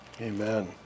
Amen